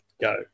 Go